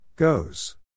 Goes